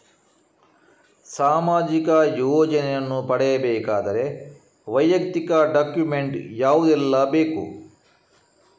ಸಾಮಾಜಿಕ ಯೋಜನೆಯನ್ನು ಪಡೆಯಬೇಕಾದರೆ ವೈಯಕ್ತಿಕ ಡಾಕ್ಯುಮೆಂಟ್ ಯಾವುದೆಲ್ಲ ಬೇಕು?